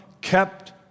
kept